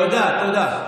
תודה.